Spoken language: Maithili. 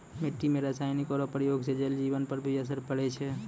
मिट्टी मे रासायनिक रो प्रयोग से जल जिवन पर भी असर पड़ै छै